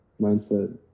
mindset